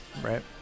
right